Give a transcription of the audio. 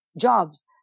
jobs